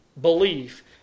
belief